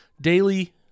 daily